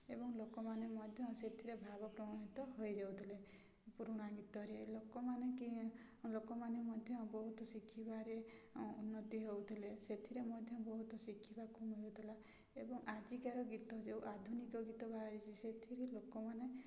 ଏବଂ ଲୋକମାନେ ମଧ୍ୟ ସେଥିରେ ଭାବ ପ୍ରବଣିତ ହେଇଯାଉଥିଲେ ପୁରୁଣା ଗୀତରେ ଲୋକମାନେ କି ଲୋକମାନେ ମଧ୍ୟ ବହୁତ ଶିଖିବାରେ ଉନ୍ନତି ହେଉଥିଲେ ସେଥିରେ ମଧ୍ୟ ବହୁତ ଶିଖିବାକୁ ମିଳୁଥିଲା ଏବଂ ଆଜିକାର ଗୀତ ଯେଉଁ ଆଧୁନିକ ଗୀତ ବାହାରିଛି ସେଥିରେ ଲୋକମାନେ